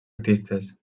artistes